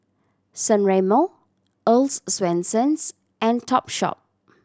San Remo Earl's Swensens and Topshop